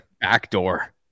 Backdoor